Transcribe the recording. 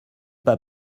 pas